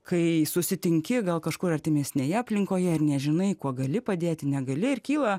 kai susitinki gal kažkur artimesnėje aplinkoje ir nežinai kuo gali padėti negali ir kyla